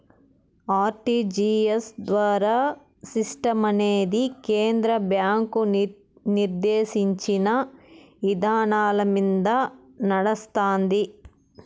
RTGS ద్వారా సిస్టమనేది కేంద్ర బ్యాంకు నిర్దేశించిన ఇదానాలమింద నడస్తాంది